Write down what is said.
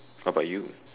what about you